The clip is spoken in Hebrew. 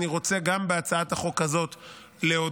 אני רוצה גם בהצעת החוק הזאת להודות,